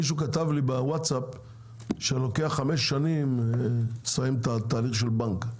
מישהו כתב לי בווטסאפ שלוקח חמש שנים לסיים את התהליך של בנק.